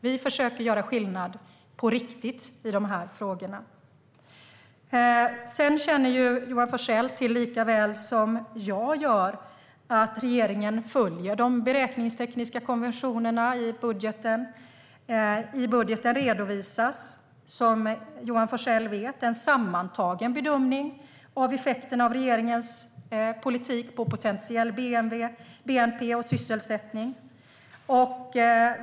Vi försöker göra skillnad på riktigt i frågorna. Johan Forssell känner väl till, likaväl som jag gör, att regeringen följer de beräkningstekniska konventionerna i budgeten. I budgeten redovisas, som Johan Forssell vet, en sammantagen bedömning av effekterna av regeringens politik på potentiell bnp och sysselsättning.